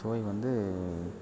சுவை வந்து